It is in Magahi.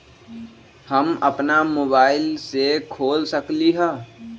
हम अपना मोबाइल से खोल सकली ह?